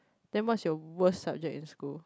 then what's your worst subject in school